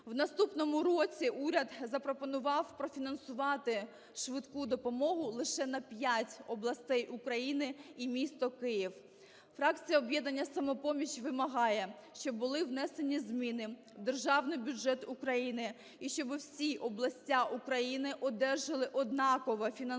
У наступному році уряд запропонував профінансувати швидку допомогу лише на 5 областей України і місто Київ. Фракція "Об'єднання "Самопоміч" вимагає, щоб були внесені зміни у Державний бюджет України і щоб всі області України одержали однакове фінансування